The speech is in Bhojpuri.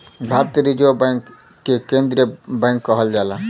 भारतीय रिजर्व बैंक के केन्द्रीय बैंक कहल जाला